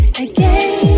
Again